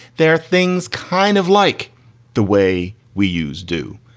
there are things kind of like the way we use do.